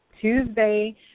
Tuesday